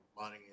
money